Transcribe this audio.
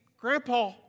Grandpa